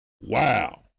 Wow